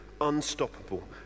unstoppable